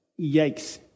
Yikes